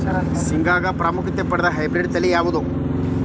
ಶೇಂಗಾದಾಗ ಪ್ರಾಮುಖ್ಯತೆ ಪಡೆದ ಹೈಬ್ರಿಡ್ ತಳಿ ಯಾವುದು?